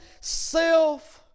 self